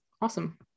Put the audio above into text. Awesome